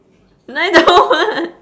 I don't want